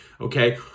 okay